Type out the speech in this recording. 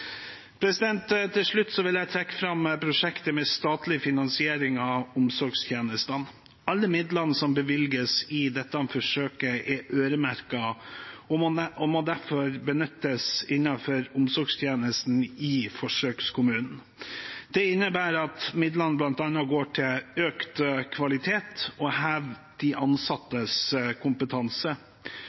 Til slutt vil jeg trekke fram prosjektet med statlig finansiering av omsorgstjenestene. Alle midlene som bevilges i dette forsøket, er øremerket og må derfor benyttes innenfor omsorgstjenesten i forsøkskommunen. Det innebærer at midlene bl.a. går til økt kvalitet og til å heve de ansattes kompetanse.